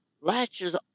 latches